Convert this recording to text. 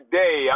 day